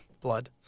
Blood